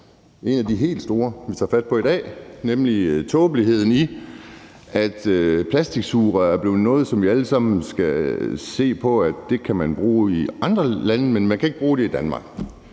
en af de helt store, vi tager fat på her i dag, nemlig tåbeligheden i, at plastiksugerør er blevet noget, som vi alle sammen skal se på at man kan bruge i andre lande, men som man ikke kan bruge i Danmark.